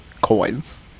coins